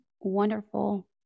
wonderful